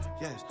Yes